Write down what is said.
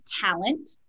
talent